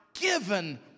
given